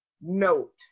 note